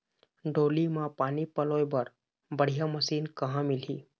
डोली म पानी पलोए बर बढ़िया मशीन कहां मिलही?